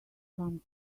come